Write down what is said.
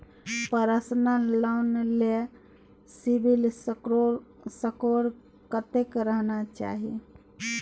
Personal loan ले CIBIL score कत्ते रहना चाही?